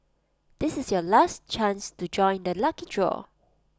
this is your last chance to join the lucky draw